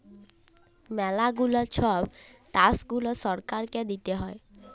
ম্যালা গুলা ছব ট্যাক্স গুলা সরকারকে দিতে হ্যয়